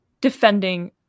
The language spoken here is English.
defending